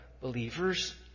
believers